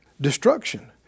Destruction